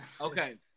Okay